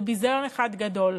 זה ביזיון אחד גדול,